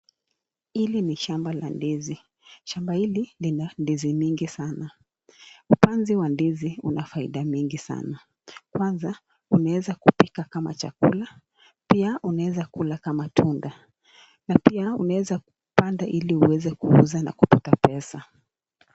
Hili ni shamba la ndizi. Shamba hili lina ndizi mingi sana. Upanzi wa ndizi una faida mingi sana. Kwanza, unaweza kupika kama chakula. Pia, unaweza kula kama tunda. Na pia, unaweza kupanda ili uweze kuuza na kupata pesa.